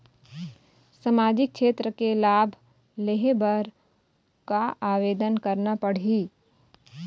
सामाजिक क्षेत्र के लाभ लेहे बर का आवेदन करना पड़ही?